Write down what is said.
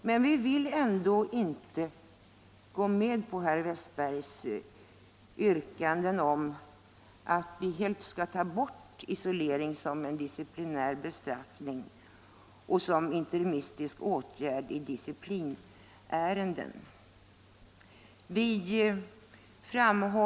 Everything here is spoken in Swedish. Men vi vill ändå inte gå med på herr Westbergs yrkande att helt ta bort isolering som en disciplinär bestraffning och som interimistisk åtgärd i disciplinärenden.